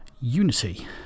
Unity